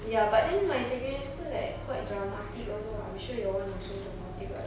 ya but then my secondary school like quite dramatic also ah I'm sure your [one] also dramatic right